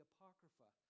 Apocrypha